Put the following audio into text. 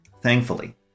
Thankfully